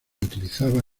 utilizaba